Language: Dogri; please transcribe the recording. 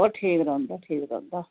ओह् ठीक रौंह्दा ठीक रौंह्दा